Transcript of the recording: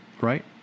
right